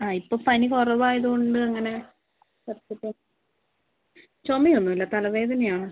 ആ ഇപ്പം പനി കുറവായതുകൊണ്ട് അങ്ങനെ കുറച്ചിട്ട് ചുമ ഒന്നുമില്ല തലവേദനയാണ്